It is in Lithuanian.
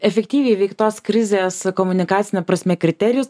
efektyviai įveiktos krizės komunikacine prasme kriterijus